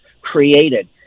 created